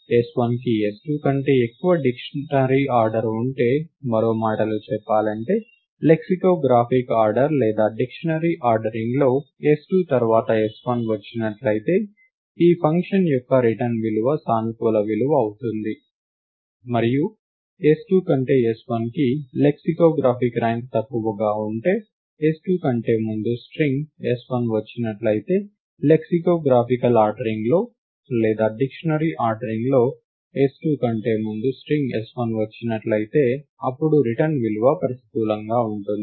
s1కి s2 కంటే ఎక్కువ dictionary order ఉంటే మరో మాటలో చెప్పాలంటే లెక్సికోగ్రాఫిక్ ఆర్డర్ లేదా డిక్షనరీ ఆర్డరింగ్లో s2 తర్వాత s1 వచ్చినట్లయితే ఈ ఫంక్షన్ యొక్క రిటర్న్ విలువ సానుకూల విలువ అవుతుంది మరియు s2 కంటే s1 కి లెక్సికోగ్రాఫికల్ ర్యాంక్ తక్కువగా ఉంటే s2 కంటే ముందు స్ట్రింగ్ s1 వచ్చినట్లయితే లెక్సికోగ్రాఫికల్ ఆర్డరింగ్లో లేదా డిక్షనరీ ఆర్డరింగ్లో s2 కంటే ముందు స్ట్రింగ్ s1 వచ్చినట్లయితే అప్పుడు రిటర్న్ విలువ ప్రతికూలంగా ఉంటుంది